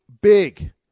big